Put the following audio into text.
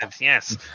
yes